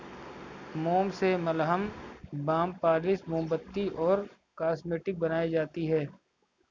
मोम से मलहम, बाम, पॉलिश, मोमबत्ती और कॉस्मेटिक्स बनाई जाती है